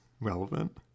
relevant